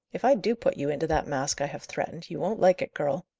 if i do put you into that mask i have threatened, you won't like it, girl.